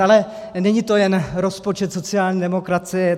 Ale není to jen rozpočet sociální demokracie.